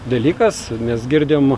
dalykas nes girdim